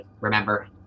remember